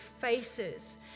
faces